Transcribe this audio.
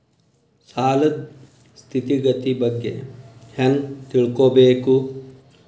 ಸಾಲದ್ ಸ್ಥಿತಿಗತಿ ಬಗ್ಗೆ ಹೆಂಗ್ ತಿಳ್ಕೊಬೇಕು?